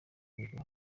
rwego